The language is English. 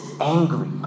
angry